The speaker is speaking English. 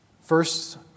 First